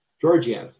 Georgiev